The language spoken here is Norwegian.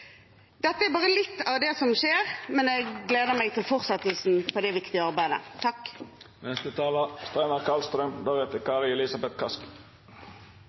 Dette er bare litt av det som skjer, og jeg gleder meg til fortsettelsen av dette viktige arbeidet.